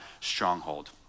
stronghold